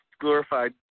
glorified